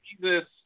Jesus